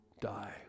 die